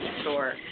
store